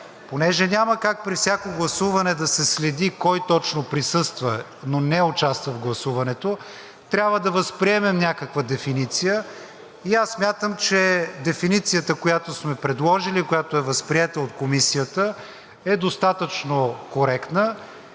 Понеже няма как при всяко гласуване да се следи кой точно присъства, но не участва в гласуването, трябва да възприемем някаква дефиниция и аз смятам, че дефиницията, която сме предложили, която е възприета от Комисията, е достатъчно коректна